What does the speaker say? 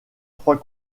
trois